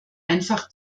einfach